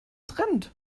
trend